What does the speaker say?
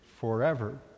forever